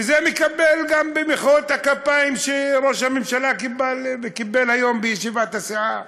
וזה מתקבל גם ממחיאות הכפיים שראש הממשלה קיבל היום בישיבת הסיעה,